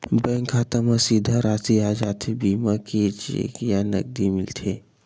Bank खाता मा सीधा राशि आ जाथे बीमा के कि चेक या नकदी मिलथे?